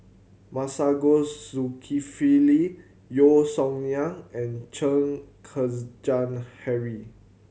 Masagos Zulkifli Yeo Song Nian and Chen Kezhan Henri